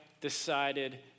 decided